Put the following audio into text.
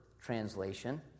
translation